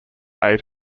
aid